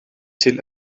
till